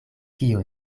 kio